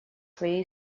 своей